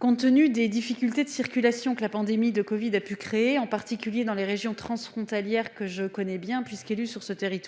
Au regard des difficultés de circulation que la pandémie de covid a pu créer, en particulier dans les régions transfrontalières que je connais bien et dont je suis élue,